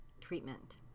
treatment